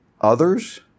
others